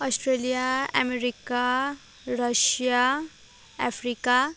Australia America Russia Africa